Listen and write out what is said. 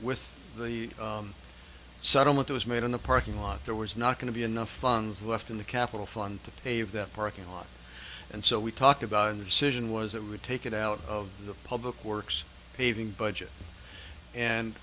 with the settlement was made in the parking lot there was not going to be enough funds left in the capital fund to pave that parking lot and so we talk about the decision was it would take it out of the public works paving budget and